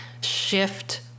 shift